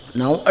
now